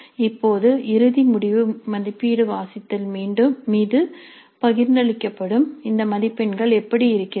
இப்போது இறுதி முடிவு மதிப்பீடு வாசித்தல் மீது பகிர்ந்தளிக்கப்படும் இந்த மதிப்பெண்கள் எப்படி இருக்கிறது